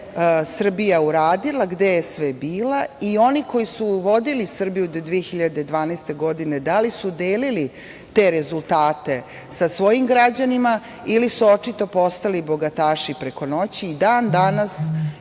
Srbija uradila, gde je sve bila i oni koji su vodili Srbiju do 2012. godine da li su delili te rezultate sa svojim građanima ili su očito postali bogataši preko noći. I dan danas